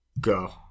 Go